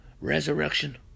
Resurrection